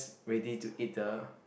ready to eat the